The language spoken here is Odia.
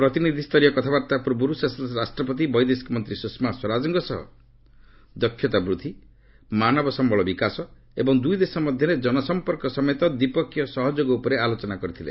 ପ୍ରତିନିଧିଷ୍ଠରୀୟ କଥାବାର୍ତ୍ତା ପୂର୍ବରୁ ସେସଲ୍ସ୍ ରାଷ୍ଟ୍ରପତି ବୈଦେଶିକ ମନ୍ତ୍ରୀ ସୁଷମା ସ୍ୱରାଜଙ୍କ ସହ ଦକ୍ଷତା ବୃଦ୍ଧି ମାନବ ସମ୍ଭଳ ବିକାଶ ଏବଂ ଦୁଇ ଦେଶ ମଧ୍ୟରେ ଜନସମ୍ପର୍କ ସମେତ ଦ୍ୱିପକ୍ଷୀୟ ସହଯୋଗ ଉପରେ ଆଲୋଚନା କରିଛନ୍ତି